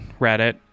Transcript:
Reddit